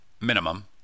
minimum